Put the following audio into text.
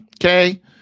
Okay